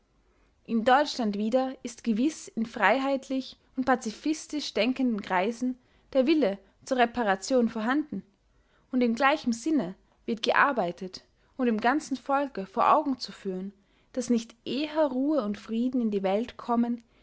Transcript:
in deutschland wieder ist gewiß in freiheitlich und pazifistisch denkenden kreisen der wille zur reparation vorhanden und in gleichem sinne wird gearbeitet um dem ganzen volke vor augen zu führen daß nicht eher ruhe und frieden in die welt kommen